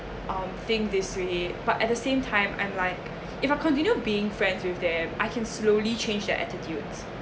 um think this way but at the same time I'm like if I continue being friends with them I can slowly change that attitude